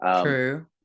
True